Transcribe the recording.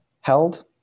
held